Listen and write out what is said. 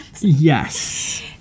Yes